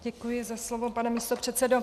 Děkuji za slovo, pane místopředsedo.